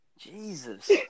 Jesus